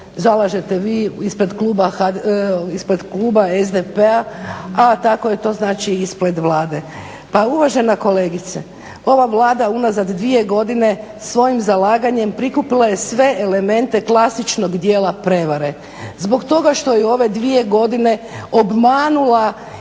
zalažete vi ispred kluba SDP-a, a tako je to znači i ispred vlade. Pa uvažena kolegice, ova Vlada unazad dvije godine svojim zalaganjem prikupila je sve elemente klasičnog dijela prijevare zbog toga što je u ove dvije godine obmanula